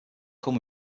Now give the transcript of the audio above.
come